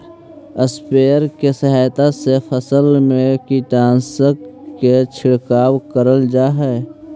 sprayer के सहायता से फसल में कीटनाशक के छिड़काव करल जा हई